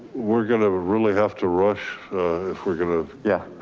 we're gonna really have to rush if we're gonna yeah